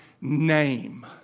name